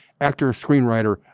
actor-screenwriter